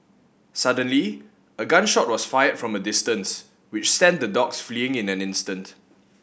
suddenly a gun shot was fired from a distance which sent the dogs fleeing in an instant